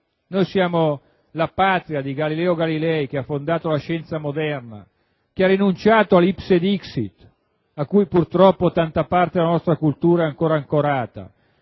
Siamo la patria di Galileo Galilei che ha fondato la scienza moderna, che ha rinunciato all'*ipse dixit* - a cui purtroppo tanta parte della nostra cultura è ancora agganciata